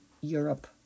Europe